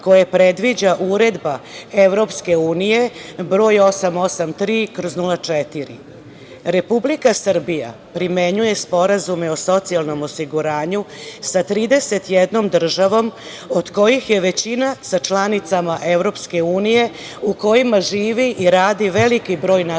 koje predviđa Uredba EU broj 883/04. Republika Srbija primenjuje sporazume o socijalnom osiguranju sa 31 državom, od kojih je većina sa članicama EU u kojima živi i radi veliki broj naših